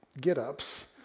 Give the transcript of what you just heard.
get-ups